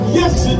Yes